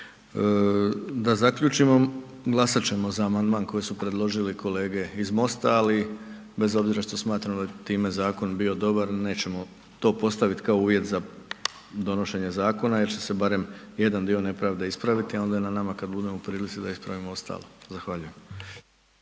Da zaključimo, glasat ćemo za amandman koji su predložili kolege iz MOST-a, ali bez obzira što smatramo da bi time zakon bio dobar, nećemo to postavit kao uvjet za donošenje zakona jer će se barem jedan dio nepravde ispraviti, a onda je na nama kad budemo u prilici da ispravimo ostalo. Zahvaljujem.